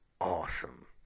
awesome